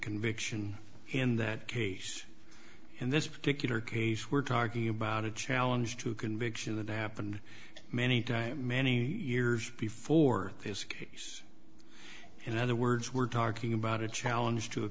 conviction in that case in this particular case we're talking about a challenge to conviction that happened many times many years before this case in other words we're talking about a challenge to a